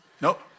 Nope